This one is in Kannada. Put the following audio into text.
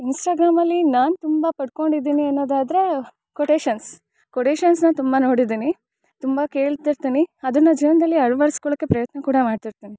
ಇನ್ಸ್ಟಾಗ್ರಾಮಲ್ಲಿ ನಾನು ತುಂಬ ಪಡ್ಕೊಂಡಿದಿನಿ ಅನ್ನೊದಾದರೆ ಕೊಟೇಶನ್ಸ್ ಕೊಟೇಶನ್ಸ್ನ ತುಂಬ ನೋಡಿದಿನಿ ತುಂಬ ಕೇಳ್ತಿರ್ತಿನಿ ಅದನ್ನು ಜೀವನದಲ್ಲಿ ಅಳವಡಿಸ್ಕೊಳ್ಳಕ್ಕೆ ಪ್ರಯತ್ನ ಕೂಡ ಮಾಡ್ತಿರ್ತಿನಿ